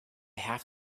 have